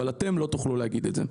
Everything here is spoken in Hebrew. אבל אתם לא תוכלו להגיד את זה.